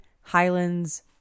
Highlands